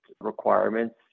requirements